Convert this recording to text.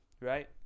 right